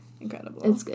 Incredible